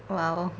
!wow!